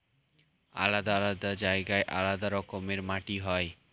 আলাদা আলাদা জায়গায় আলাদা রকমের মাটি হয়